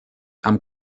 amb